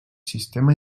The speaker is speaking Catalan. sistema